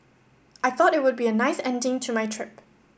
I thought it would be a nice ending to my trip